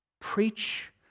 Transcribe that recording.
Preach